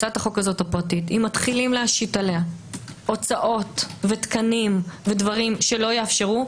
מתחילים להשית עלי הוצאות ותקנים ודברים שלא יאפשרו,